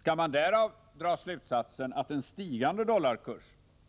Skall man därav dra slutsatsen att en stigande dollarkurs